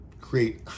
create